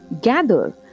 gather